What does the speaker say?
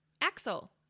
Axel